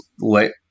let